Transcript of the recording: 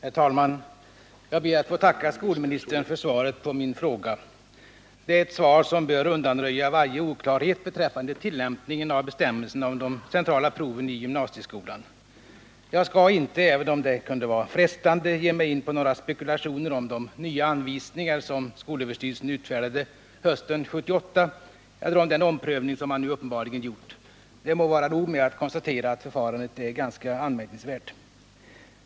Herr talman! Jag ber att få tacka skolministern för svaret på min fråga. Det är ett svar som bör undanröja varje oklarhet beträffande tillämpningen av bestämmelserna om de centrala proven i gymnasieskolan. Jag skall inte — även om det kunde vara frestande — ge mig in på några spekulationer om de nya anvisningar som SÖ utfärdade hösten 1978 eller om den omprövning som man nu uppenbarligen gjort. Det må vara nog att konstatera att förfarandet är ganska anmärkningsvärt.